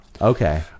Okay